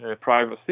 privacy